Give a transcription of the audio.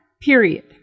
Period